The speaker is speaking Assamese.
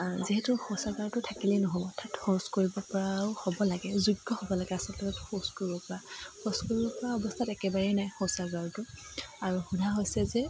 যিহেতু শৌচাগাৰটো থাকিলেই নহ'ব তাত শৌচ কৰিব পৰাও হ'ব লাগে যোগ্য হ'ব লাগে আচলতে তাত শৌচ কৰিব পৰা শৌচ কৰিব পৰা অৱস্থাত একেবাৰেই নাই শৌচাগাৰটো আৰু সোধা হৈছে যে